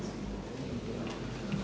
Hvala.